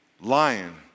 Lying